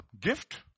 gift